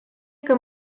que